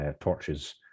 torches